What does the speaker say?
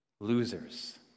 losers